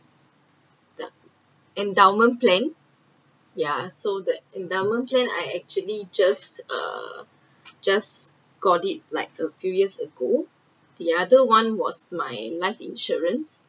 the endowment plan ya so that endowment plan I actually just err just got it like a few years ago the other one was my life insurances